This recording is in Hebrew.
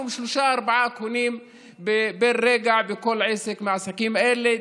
מקסימום שלושה-ארבעה קונים ברגע בכל עסק מהעסקים אלה,